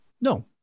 no